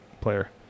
player